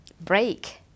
break